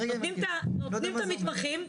נותנים את המתמחים,